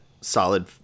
solid